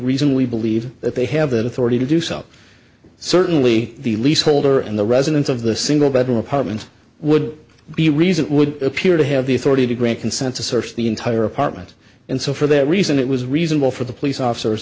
reasonably believe that they have the authority to do so certainly the leaseholder and the residents of the single bedroom apartment would be reason would appear to have the authority to grant consent to search the entire apartment and so for that reason it was reasonable for the police officers